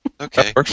Okay